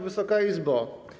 Wysoka Izbo!